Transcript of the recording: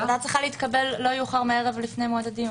ההחלטה צריכה להתקבל לא יאוחר מערב לפני מועד הדיון.